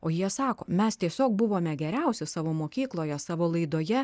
o jie sako mes tiesiog buvome geriausi savo mokykloje savo laidoje